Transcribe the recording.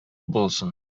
булсын